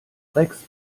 rex